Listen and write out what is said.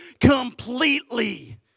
completely